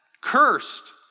cursed